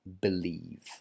believe